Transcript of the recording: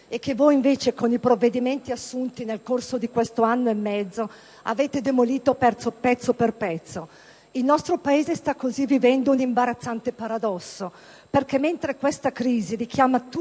e che voi, invece, con i provvedimenti assunti nel corso di questo anno e mezzo, avete demolito pezzo per pezzo. Il nostro Paese sta così vivendo un imbarazzante paradosso: mentre questa crisi richiama